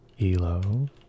elo